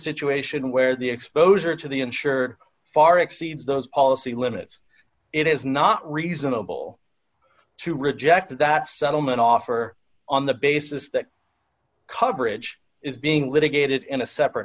situation where the exposure to the insurer far exceeds those policy limits it is not reasonable to reject that settlement offer on the basis that coverage is being litigated in a separate